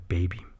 Baby